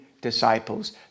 disciples